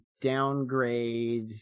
downgrade